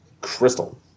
Crystal